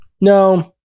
no